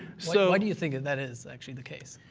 so why do you think and that is actually the case?